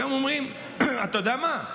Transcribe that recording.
והם אומרים: אתה יודע מה?